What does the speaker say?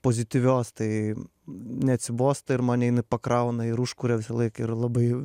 pozityvios tai neatsibosta ir mane jin pakrauna ir užkuria visąlaik ir labai